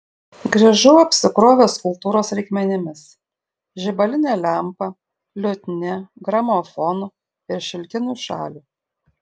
grįžau apsikrovęs kultūros reikmenimis žibaline lempa liutnia gramofonu ir šilkiniu šalių